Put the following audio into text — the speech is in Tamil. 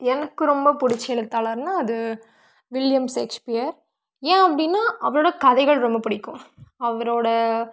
எனக்கு ரொம்ப பிடிச்ச எழுத்தாளர்னா அது வில்லியம் ஸேக்ஸ்பியர் ஏன் அப்படின்னா அவரோட கதைகள் ரொம்ப பிடிக்கும் அவரோட